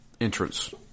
Entrance